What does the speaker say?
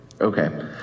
Okay